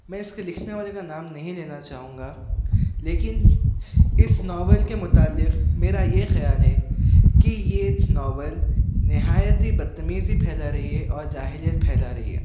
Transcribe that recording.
میں اس کے لکھنے والے کا نام نہیں لینا چاہوں گا لیکن اس ناول کے متعلق میرا یہ خیال ہے کہ یہ ناول نہایت ہی بدتمیزی پھیلا رہی ہے اور جاہلیت پھیلا رہی ہے